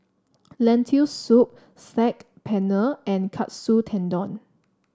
Lentil Soup Saag Paneer and Katsu Tendon